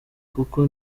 kuko